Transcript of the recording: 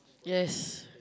yes